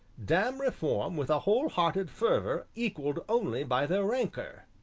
damn reform with a whole-hearted fervor equalled only by their rancor.